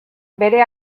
bere